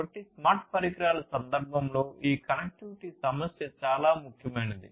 కాబట్టి స్మార్ట్ పరికరాల సందర్భంలో ఈ కనెక్టివిటీ సమస్య చాలా ముఖ్యమైనది